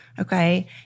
okay